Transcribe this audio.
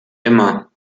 immer